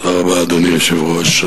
אדוני היושב-ראש,